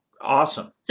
Awesome